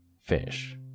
fish